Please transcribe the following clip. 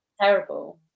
Terrible